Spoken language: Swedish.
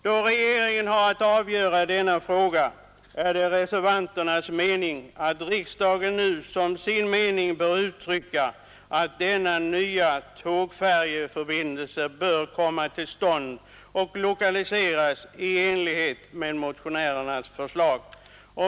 Då regeringen har att avgöra denna fråga är det reservanternas uppfattning att riksdagen nu som sin mening skall uttala att denna nya tågfärjeförbindelse bör komma till stånd och lokaliseras i enlighet med motionärernas förslag.